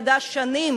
ידע שנים